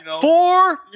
Four